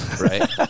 right